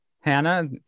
hannah